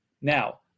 Now